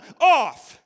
off